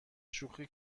شوخی